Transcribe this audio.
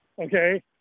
Okay